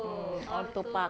mm ORTO park